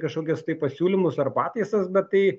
kažkokias tai pasiūlymus ar pataisas bet tai